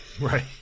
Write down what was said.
Right